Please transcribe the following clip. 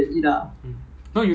他们回去的地方 right